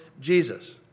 Jesus